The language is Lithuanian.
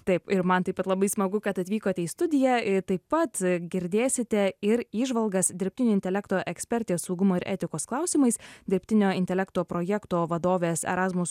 taip ir man taip pat labai smagu kad atvykote į studiją taip pat girdėsite ir įžvalgas dirbtinio intelekto ekspertės saugumo ir etikos klausimais dirbtinio intelekto projekto vadovės erasmus